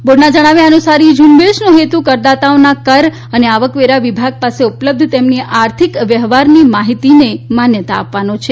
બોર્ડના જણાવ્યા અનુસાર ઇ ઝુંબેશનો હેતુ કરદાતાઓ ના કર અને આવકવેરા વિભાગ પાસે ઉપલબ્ધ તેમની આર્થિક વ્યવહાર માહિતીને માન્યતા આપવાનો છે